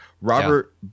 Robert